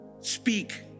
speak